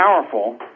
powerful